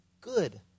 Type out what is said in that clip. good